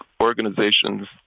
organizations